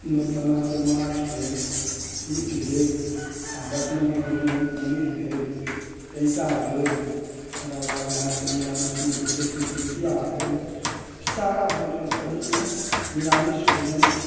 ओहिमे अहाँकेँ माछ भेल मीट भेल आ वैष्णवे भोजनमे पनीर भेल रायता भेल तकरा बाद अहाँकेँ निरामिसमे जे छै कि पीड़िकिआ भेल ई सारा भोजन करैतमे निरामिस भोजन